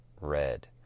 red